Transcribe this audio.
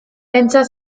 pentsa